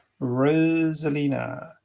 Rosalina